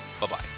Bye-bye